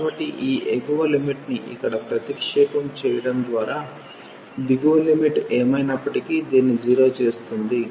కాబట్టి ఈ ఎగువ లిమిట్ ని ఇక్కడ ప్రతిక్షేపం చేయడం ద్వారా దిగువ లిమిట్ ఏమైనప్పటికీ దీన్ని 0 చేస్తుంది